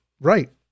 Right